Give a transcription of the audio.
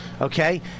Okay